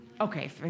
Okay